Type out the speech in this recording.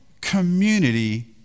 community